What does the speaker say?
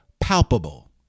palpable